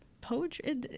poetry